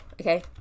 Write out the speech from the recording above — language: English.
okay